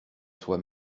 soi